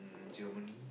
mm Germany